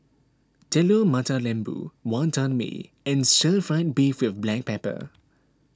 Telur Mata Lembu Wantan Mee and Stir Fried Beef with Black Pepper